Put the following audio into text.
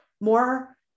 more